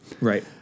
right